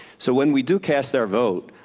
so, when we do cast our votes,